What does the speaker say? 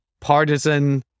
partisan